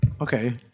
Okay